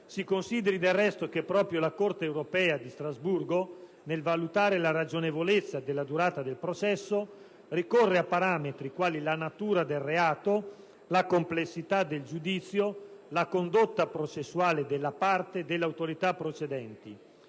Si consideri che proprio la Corte europea di Strasburgo, nel valutare la ragionevolezza della durata del processo, ricorre a parametri quali la natura del reato, la complessità del giudizio, la condotta processuale della parte e delle autorità procedenti.